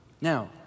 Now